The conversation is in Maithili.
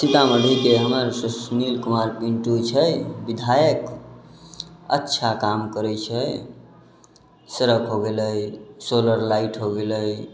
सीतामढ़ीके हमे सुनील कुमार पिंटू छै विधायक अच्छा काम करैत छै सड़क हो गेलै सोलर लाइट हो गेलै